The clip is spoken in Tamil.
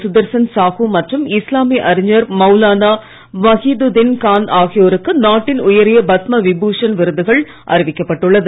சுதர்சன் சாகு மற்றும் இஸ்லாமிய அறிஞர் மவுலான வகிதுதின் கான் ஆகியோருக்கு நாட்டின் உயரிய பத்ம விபூஷன் விருதுகள் அறிவிக்கப் பட்டுள்ளது